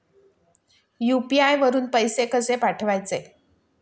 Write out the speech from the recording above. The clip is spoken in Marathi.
यु.पी.आय वरून पैसे कसे पाठवायचे?